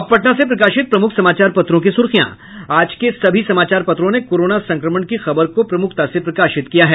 अब पटना से प्रकाशित प्रमुख समाचार पत्रों की सुर्खियां आज के सभी समाचार पत्रों ने कोरोना संक्रमण की खबर को प्रमुखता से प्रकाशित किया है